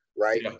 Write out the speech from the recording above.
right